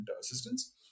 assistance